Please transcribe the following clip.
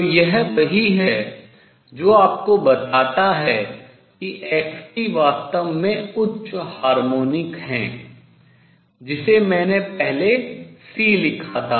तो यह वही है जो आपको बताता है कि x में वास्तव में उच्च हार्मोनिक है जिसे मैंने पहले C लिखा था